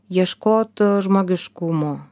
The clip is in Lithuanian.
ieškot žmogiškumo